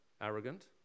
Arrogant